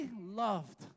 loved